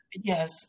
Yes